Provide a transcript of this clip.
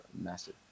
massive